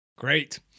Great